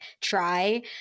try